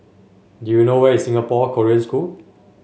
do you know where is Singapore Korean School